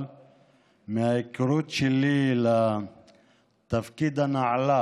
אבל מההיכרות שלי עם התפקיד הנעלה